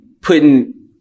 putting